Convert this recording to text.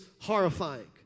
horrifying